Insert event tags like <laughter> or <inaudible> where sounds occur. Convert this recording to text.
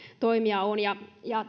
toimia on ja ja <unintelligible>